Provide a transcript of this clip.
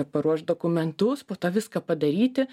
paruošt dokumentus po to viską padaryti